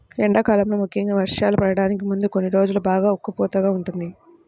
ఎండాకాలంలో ముఖ్యంగా వర్షాలు పడటానికి ముందు కొన్ని రోజులు బాగా ఉక్కపోతగా ఉంటుంది